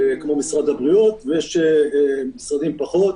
כמו משרד הבריאות, ויש משרדים פחות.